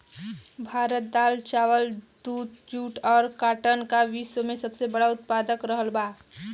भारत दाल चावल दूध जूट और काटन का विश्व में सबसे बड़ा उतपादक रहल बा